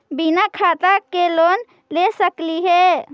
बिना खाता के लोन ले सकली हे?